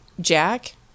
Jack